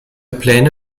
pläne